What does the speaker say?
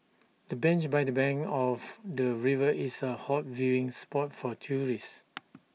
the bench by the bank of the river is A hot viewing spot for tourists